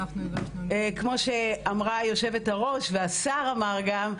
כמו שאמרה יושבת הראש והשר אמר גם,